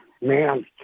man